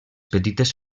petites